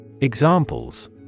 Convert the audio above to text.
Examples